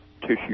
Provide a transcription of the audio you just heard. tissue